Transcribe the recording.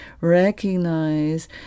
recognize